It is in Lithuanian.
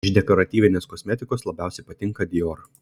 iš dekoratyvinės kosmetikos labiausiai patinka dior